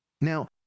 Now